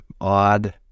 odd